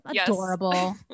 adorable